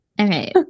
Okay